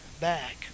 back